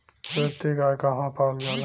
सुरती गाय कहवा पावल जाला?